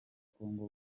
kongo